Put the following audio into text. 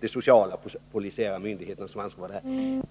de sociala och polisiära myndigheterna som här har ett ansvar.